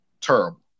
Terrible